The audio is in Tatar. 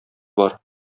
бар